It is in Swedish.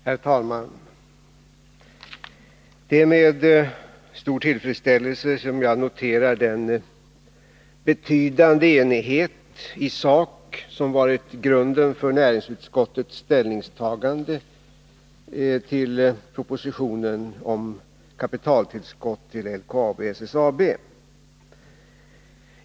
Herr talman! Det är med stor tillfredsställelse som jag noterar den betydande enighet i sak som varit grunden för näringsutskottets ställningstagande till propositionen om kapitaltillskott till LKAB och SSAB.